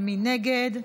מי נגד?